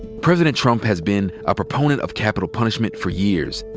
president trump has been a proponent of capital punishment for years.